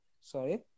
Sorry